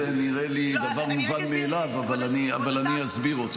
זה נראה לי דבר מובן מאליו, אבל אני אסביר אותו.